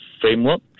framework